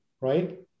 right